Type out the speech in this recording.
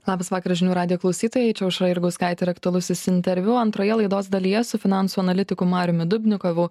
labas vakaras žinių radijo klausytojai aušra jurgauskaitė ir aktualusis interviu antroje laidos dalyje su finansų analitiku mariumi dubnikovu